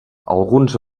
alguns